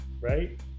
right